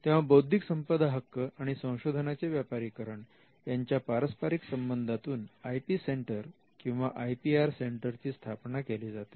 तेव्हा बौद्धिक संपदा हक्क आणि संशोधनाचे व्यापारीकरण यांच्या पारस्परिक संबंधातून आय पी सेंटर किंवा आय पी आर सेंटरची स्थापना केली जाते